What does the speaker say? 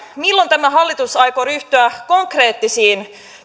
milloin tämä hallitus aikoo ryhtyä konkreettisiin